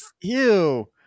Ew